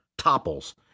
topples